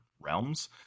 realms